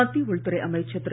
மத்திய உள்துறை அமைச்சர் திரு